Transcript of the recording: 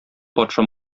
патша